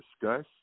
discuss